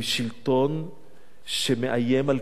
עם שלטון שמאיים על,